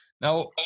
Now